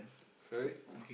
sorry